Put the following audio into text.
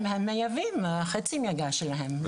הם מייבאים חצי מהגז שלהם.